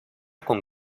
con